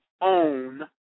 own